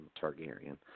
Targaryen